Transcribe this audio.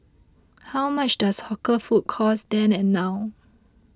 how much does hawker food cost then and now